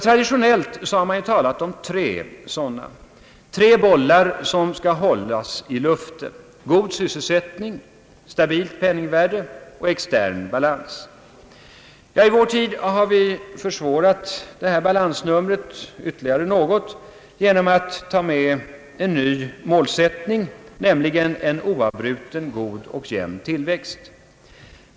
Traditionellt har man talat om tre bollar som skall hållas i luften — god sysselsättning, stabilt penningvärde och extern balans. I vår tid har vi försvårat detta balansnummer ytterligare något genom att ta med en ny målsättning, nämligen en oavbruten god och jämn tillväxt.